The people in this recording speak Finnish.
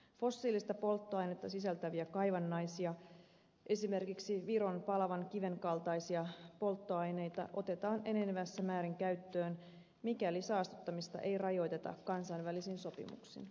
fossiilista polttoainetta sisältäviä kaivannaisia esimerkiksi viron palavan kiven kaltaisia polttoaineita otetaan enenevässä määrin käyttöön mikäli saastuttamista ei rajoiteta kansainvälisin sopimuksin